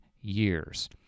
years